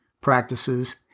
practices